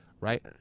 right